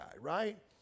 right